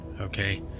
okay